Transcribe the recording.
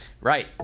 right